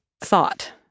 thought